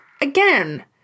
Again